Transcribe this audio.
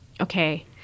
okay